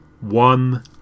one